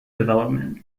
development